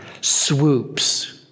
swoops